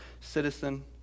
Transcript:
citizen